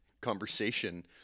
conversation